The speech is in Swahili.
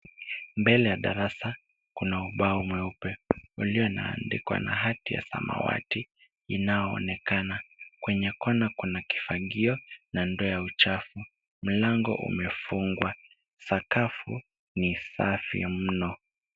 Mbele ya darasa, kuna ubao mweupe. Ulioandikwa na hati ya samawati inayoonekana. Kwenye kona kuna kifagio na ndoo ya uchafu. Mlango umefungwa .Sakafu ni safi mno.